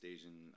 Asian